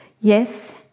Yes